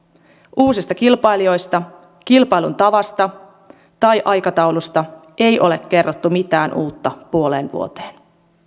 uusista kilpailijoista kilpailun tavasta tai aikataulusta ei ole kerrottu mitään uutta puoleen vuoteen